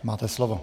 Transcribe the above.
Máte slovo.